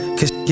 Cause